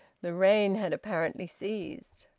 the rain had apparently ceased.